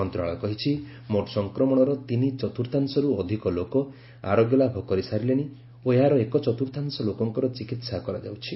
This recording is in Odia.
ମନ୍ତ୍ରଣାଳୟ କହିଛି ମୋଟ୍ ସଫକ୍ମଣର ତିନି ଚତ୍ରର୍ଥାଂଶର୍ ଅଧିକ ଲୋକ ଆରୋଗ୍ୟ ଲାଭ କରିସାରିଲେଣି ଓ ଏହାର ଏକଚତ୍ରର୍ଥାଂଶ ଲୋକଙ୍କର ଚିକିସ୍ତା କରାଯାଉଛି